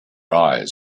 eyes